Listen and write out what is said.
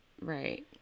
Right